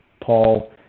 Paul